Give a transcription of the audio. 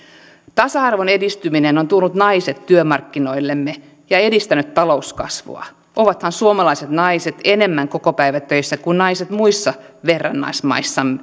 tasa arvon edistyminen on tuonut naiset työmarkkinoillemme ja edistänyt talouskasvua ovathan suomalaiset naiset enemmän kokopäivätöissä kuin naiset muissa verrannaismaissa